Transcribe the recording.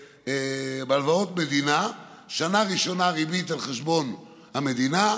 הלוואות מדינה: בשנה הראשונה ריבית על חשבון המדינה,